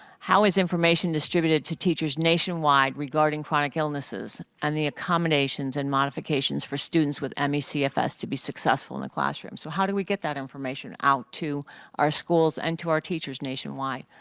how is information distributed to teachers nationwide regarding chronic illnesses and the accommodations and modifications for students with me cfs to be successful in the classroom? so how do we get that information out to our schools and to our teachers nationwide?